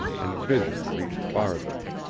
and vision reached farther.